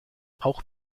auch